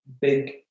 big